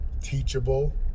teachable